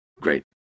Great